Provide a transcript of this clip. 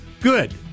Good